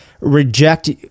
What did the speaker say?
reject